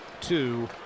two